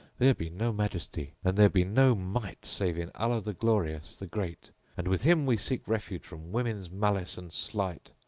there be no majesty and there be no might save in allah, the glorious, the great and with him we seek refuge from women's malice and sleight,